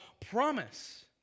promise